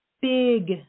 big